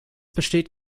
besteht